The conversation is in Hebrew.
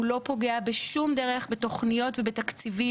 הוא לא פוגע בשום דרך בתוכניות ובתקציבים